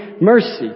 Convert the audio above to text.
mercy